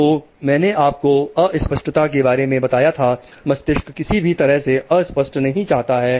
तो मैंने आपको अस्पष्टता के बारे में बताया था मस्तिष्क किसी भी तरह की अस्पष्टता नहीं चाहता है